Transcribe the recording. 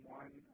one